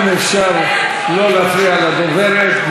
אם אפשר לא להפריע לדוברת.